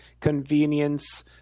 convenience